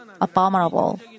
abominable